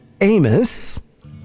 Amos